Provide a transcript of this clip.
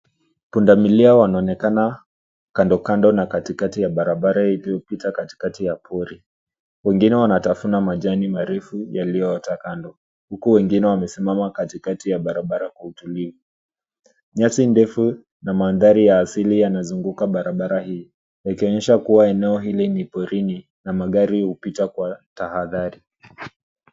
Pundamilia wanaonekana kando kando na katikati ya barabara iliyopita katikati ya pori. Wengine wanatavuna majani marefu yaliota kando huku wengine wamesimama katikati ya barabara kwa utulivu. Nyasi ndefu na mandhari ya asili yanazunguka barabara hii ikionyesha kuwa eneo hili ni porini na magari hupita kwa tahadhari.